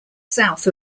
south